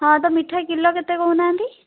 ହଁ ତ ମିଠା କିଲୋ କେତେ କହୁନାହାଁନ୍ତି